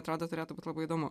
atrodo turėtų būt labai įdomu